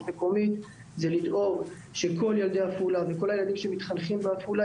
מקומית זה לדאוג שכל ילדי עפולה וכל הילדים שמתחנכים בעפולה,